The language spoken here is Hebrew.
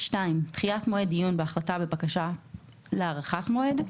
(2)דחיית מועד דיון והחלטה בבקשה להארכת מועד,